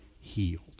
healed